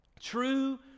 True